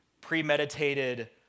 premeditated